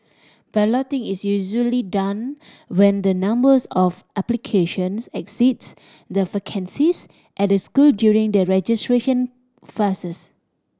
balloting is usually done when the numbers of applications exceeds the vacancies at a school during the registration phases